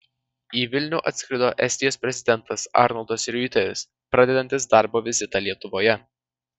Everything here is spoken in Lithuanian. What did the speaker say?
į vilnių atskrido estijos prezidentas arnoldas riuitelis pradedantis darbo vizitą lietuvoje